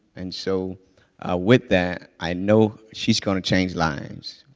and so with that, i know she's going to change lives,